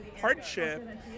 hardship